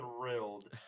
thrilled